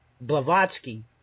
Blavatsky